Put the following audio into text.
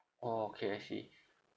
orh okay I see